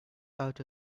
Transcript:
out